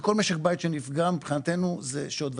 כל בית שנפגע זה מבחינתנו שוד ושבר.